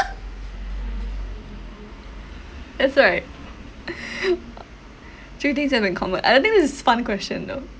yes right three things we have in common I don't think this is fun question though